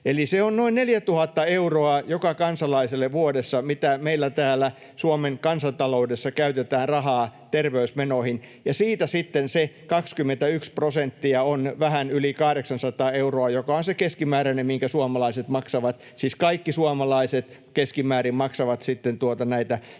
Eli se on joka kansalaiselle vuodessa noin 4 000 euroa, mitä meillä täällä Suomen kansantaloudessa käytetään rahaa terveysmenoihin, ja siitä sitten se 21 prosenttia on vähän yli 800 euroa, joka on se keskimääräinen määrä, minkä suomalaiset maksavat — siis kaikki suomalaiset keskimäärin maksavat — näitä